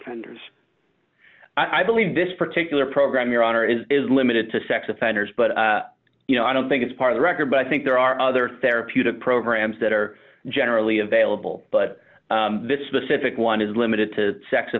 offenders i believe this particular program your honor is limited to sex offenders but you know i don't think it's part of the record but i think there are other therapeutic programs that are generally available but this specific one is limited to sex